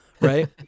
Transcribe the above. right